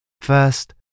First